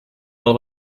del